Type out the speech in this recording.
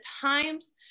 times